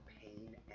pain